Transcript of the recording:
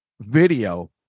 video